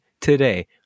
today